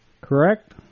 Correct